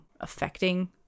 affecting